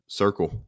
circle